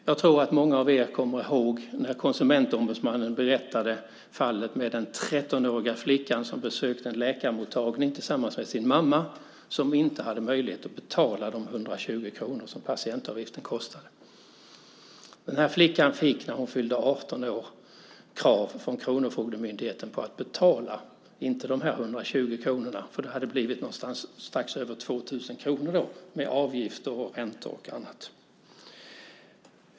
Jag tror att många av er kommer ihåg när Konsumentombudsmannen berättade om fallet med den 13-åriga flickan som besökte en läkarmottagning tillsammans med sin mamma som inte hade möjlighet att betala patientavgiften på 120 kronor. Flickan fick när hon fyllde 18 år krav från kronofogdemyndigheten på att betala patientavgiften. Då var det inte 120 kronor, utan det hade blivit strax över 2 000 kronor med avgifter och räntor.